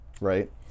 right